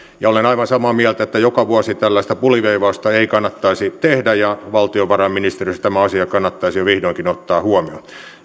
olen aivan samaa mieltä että joka vuosi tällaista puliveivausta ei kannattaisi tehdä ja valtiovarainministeriössä tämä asia kannattaisi vihdoinkin ottaa huomioon